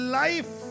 life